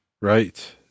Right